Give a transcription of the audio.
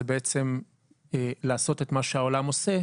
זה בעצם לעשות את מה שהעולם עושה,